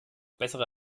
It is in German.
bessere